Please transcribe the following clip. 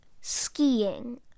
Skiing